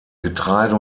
getreide